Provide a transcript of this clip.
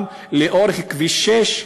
גם לאורך כביש 6,